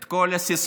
את כל הסיסמאות,